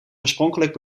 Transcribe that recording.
oorspronkelijk